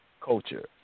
culture